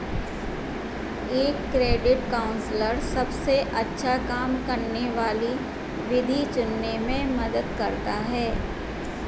एक credit counsellor सबसे अच्छा काम करने वाली विधि चुनने में मदद करता है